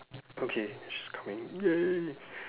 okay she's coming !yay!